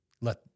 let